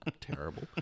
terrible